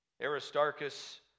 Aristarchus